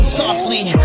softly